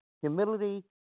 Humility